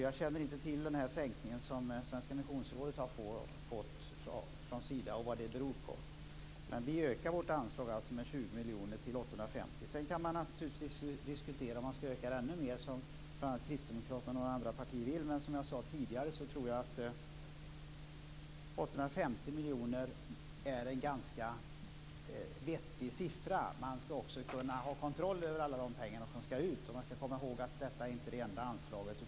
Jag känner inte till den sänkning som Svenska Missionsrådet har fått från Sida och vad den beror på, men vi ökar alltså vårt anslag med 20 miljoner till 850 miljoner. Man kan naturligtvis diskutera om det skall ökas ännu mer, som Kristdemokraterna och några andra partier vill, men som jag sade tidigare är 850 miljoner en ganska vettig summa. Man skall också kunna ha kontroll över alla de pengar som skall gå ut. Man skall komma ihåg att detta inte är det enda anslaget.